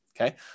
okay